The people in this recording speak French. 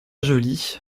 joli